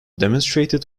demonstrated